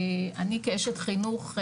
אני כאשת חינוך.